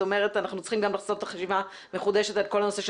את אומרת שצריך לפני כן לעשות חשיבה מחודשת על כל הנושא של